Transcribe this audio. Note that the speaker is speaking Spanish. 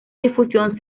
difusión